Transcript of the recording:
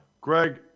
Greg